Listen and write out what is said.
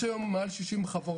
יש היום מעל 60 חברות,